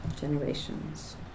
Generations